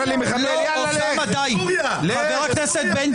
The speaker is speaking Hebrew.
הזו וזה מזכיר לי את הדיון נדמה לי הראשון של הוועדה שישבתי בו